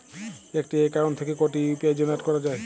একটি অ্যাকাউন্ট থেকে কটি ইউ.পি.আই জেনারেট করা যায়?